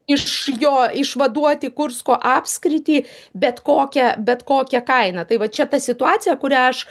iš jo išvaduoti kursko apskritį bet kokia bet kokia kaina tai va čia ta situacija kurią aš